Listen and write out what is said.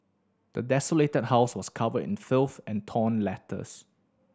the desolated house was covered in filth and torn letters